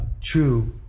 true